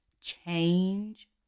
change